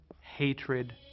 hatred